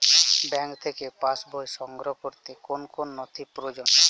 Bank থেকে passbook সংগ্রহ করতে কোন কোন নথি প্রয়োজন?